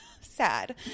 sad